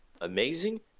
amazing